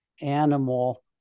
Animal